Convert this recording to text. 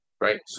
right